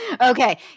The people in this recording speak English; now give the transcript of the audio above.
Okay